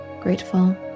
grateful